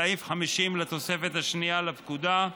סעיף 50 לתוספת השנייה לפקודה,